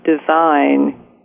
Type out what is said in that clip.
design